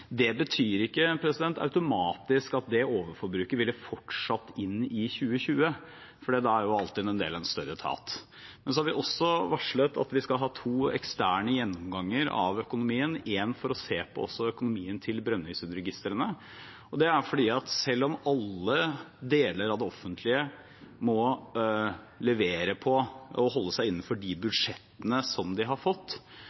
Det betyr ikke automatisk at overforbruket ville fortsatt inn i 2020, for da er Altinn en del av en større etat. Så har vi også varslet at vi skal ha to eksterne gjennomganger av økonomien, én for å se på økonomien til Brønnøysundregistrene. For selv om alle deler av det offentlige må levere på og holde seg innenfor de